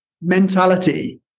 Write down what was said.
mentality